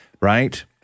right